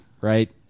right